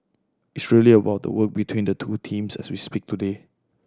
it's really about the work between the two teams as we speak today